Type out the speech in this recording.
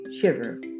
shiver